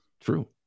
True